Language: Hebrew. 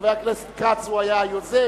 חבר הכנסת כץ היה היוזם,